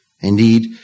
indeed